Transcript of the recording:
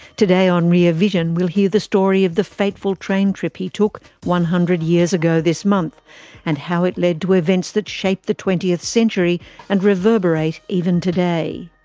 today on rear vision, we'll hear the story of the fateful train trip he took one hundred years ago this month and how it led to events that shaped the twentieth century and reverberate even today.